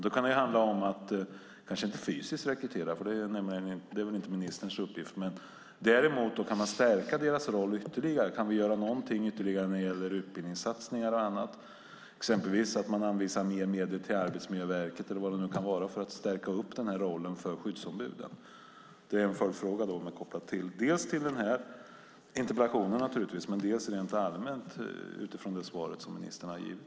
Det handlar inte om att rekrytera rent fysiskt, för det är väl inte ministerns uppgift, men jag undrar om det går att stärka deras roll ytterligare. Kan vi göra något ytterligare i fråga om utbildningssatsningar och annat, exempelvis anvisa mer medel till Arbetsmiljöverket eller vad det kan vara, för att stärka upp rollen för skyddsombuden? Det är en följdfråga dels kopplad till den här interpellationen, dels rent allmänt utifrån det svar som ministern har givit.